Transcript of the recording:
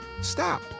Stop